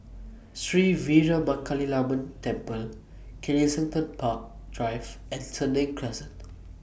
Sri Veeramakaliamman Temple Kensington Park Drive and Senang Crescent